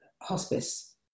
hospice